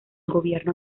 gobierno